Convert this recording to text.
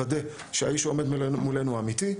לוודא שהאיש העומד מולנו הוא האיש האמיתי,